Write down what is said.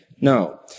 No